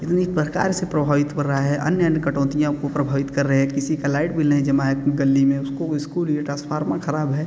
इतनी प्रकार से प्रभावित कर रहा है अन्य अन्य कटौतियों को प्रभावित कर रहे किसी का लाइट बिल नहीं जमा है गली में उसको इसको लिए ट्रांसफार्मर खराब है